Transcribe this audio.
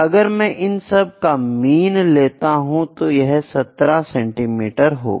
अगर मैं इन सब का मीन लेता हूं तो यह 17 सेंटीमीटर होगा